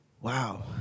wow